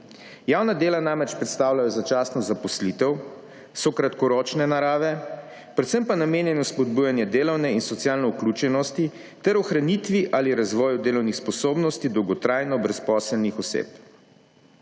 Javna dela namreč predstavljajo začasno zaposlitev, so kratkoročne narave, predvsem pa namenjene spodbujanju delavne in socialne vključenosti ter ohranitvi ali razvoju delovnih sposobnosti dolgotrajno brezposelnih oseb.